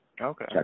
Okay